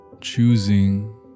choosing